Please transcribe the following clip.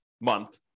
month